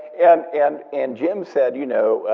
and and and jim said, you know,